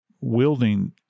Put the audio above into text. wielding